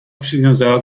przywiązała